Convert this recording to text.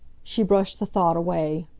she brushed the thought away.